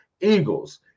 Eagles